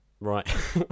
Right